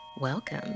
welcome